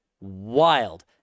wild